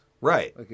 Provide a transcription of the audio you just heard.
Right